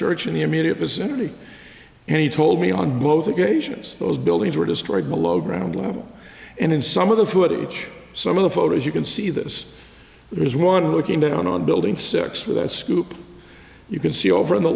church in the immediate vicinity and he told me on both occasions those buildings were destroyed below ground level and in some of the footage some of the photos you can see this is one looking down on building six with a scoop you can see over in the